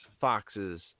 foxes